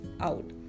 out